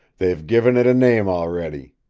they've given it a name already.